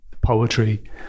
poetry